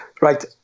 Right